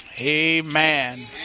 amen